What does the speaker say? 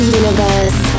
universe